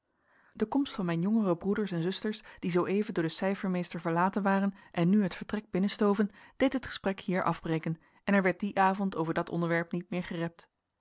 de komst van mijn jongere broeders en zusters die zooeven door den cijfermeester verlaten waren en nu het vertrek binnenstoven deed het gesprek hier afbreken en er werd dien avond over dat onderwerp niet meer gerept